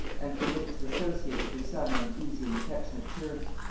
and permitted to associate with her son on easy and affectionate terms.